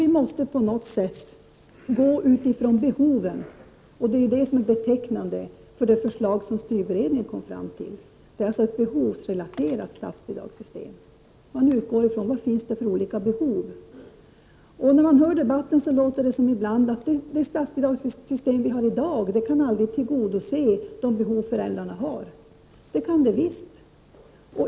Vi måste i stället se till behoven, och det är också utmärkande för styrberedningens förslag. Det rör sig alltså om ett behovsrelaterat statsbidragssystem. Man utgår helt enkelt ifrån de behov som finns. I debatten låter det ibland som att det statsbidragssystem som vi har i dag aldrig kan tillgodose de behov som föräldrarna har för sina barns skolgång. Det kan det visst.